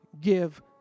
give